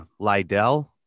Lydell